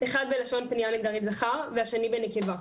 אחד בלשון פנייה מגדרי זכר, והשני בנקבה,